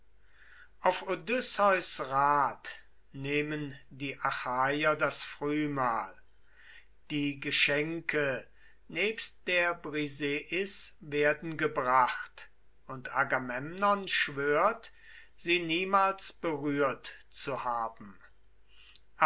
auf odysseus rat nehmen die achaier das frühmahl die geschenke nebst der brises werden gebracht und agamemnon schwört sie niemals berührt zu haben